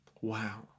Wow